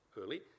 early